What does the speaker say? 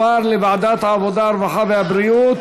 הסדרת סוף שבוע ארוך),